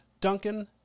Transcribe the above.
Duncan